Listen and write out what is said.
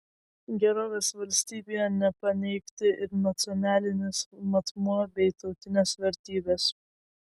gerovės valstybėje nepaneigti ir nacionalinis matmuo bei tautinės vertybės